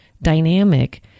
Dynamic